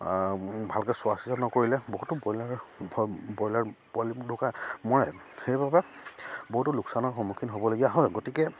ভালকে চোৱা চেষ্টা নকৰিলে বহুতো ব্ৰইলাৰ ব্ৰইলাৰ পোৱালি ঢুকাই মৰে সেইবাবে বহুতো লোকচানৰ সন্মুখীন হ'বলগীয়া হয় গতিকে